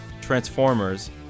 Transformers